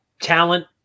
talent